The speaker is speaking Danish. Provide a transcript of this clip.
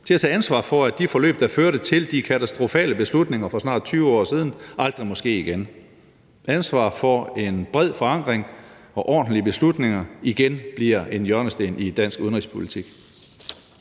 og til at tage ansvar for, at de forløb, der førte til de katastrofale beslutninger for snart 20 år siden, aldrig må ske igen, og ansvar for, at en bred forankring og ordentlige beslutninger igen bliver en hjørnesten i dansk udenrigspolitik.